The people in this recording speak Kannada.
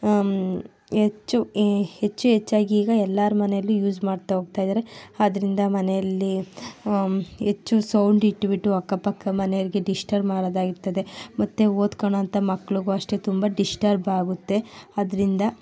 ಹೆಚ್ಚು ಹೆಚ್ಚು ಹೆಚ್ಚಾಗಿ ಈಗ ಎಲ್ಲರ ಮನೇಲಿ ಯೂಸ್ ಮಾಡ್ತಾ ಹೋಗ್ತಾಯಿದ್ದಾರೆ ಆದ್ದರಿಂದ ಮನೆಯಲ್ಲಿ ಹೆಚ್ಚು ಸೌಂಡ್ ಇಟ್ಬಿಟ್ಟು ಅಕ್ಕಪಕ್ಕದ ಮನೆಯೋರಿಗೆ ಡಿಶ್ಟರ್ಬ್ ಮಾಡೋದಾಗಿರ್ತದೆ ಮತ್ತೆ ಓದ್ಕೊಳ್ಳೋಂಥ ಮಕ್ಕಳಿಗೂ ಅಷ್ಟೆ ತುಂಬ ಡಿಶ್ಟರ್ಬ್ ಆಗುತ್ತೆ ಅದರಿಂದ